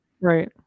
Right